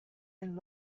and